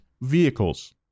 vehicles